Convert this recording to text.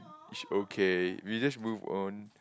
is okay we just move on